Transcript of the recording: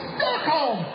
Stockholm